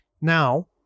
now